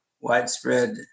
widespread